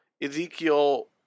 Ezekiel